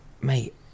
mate